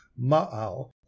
ma'al